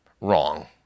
wrong